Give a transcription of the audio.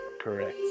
Correct